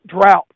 drought